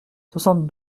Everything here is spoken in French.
soixante